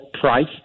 price